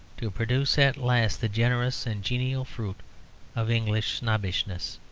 to produce at last the generous and genial fruit of english snobbishness.